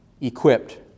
equipped